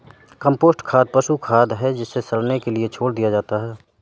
compost खाद पशु खाद है जिसे सड़ने के लिए छोड़ दिया जाता है